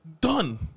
Done